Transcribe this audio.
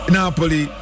Napoli